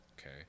okay